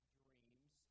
dreams